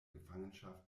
gefangenschaft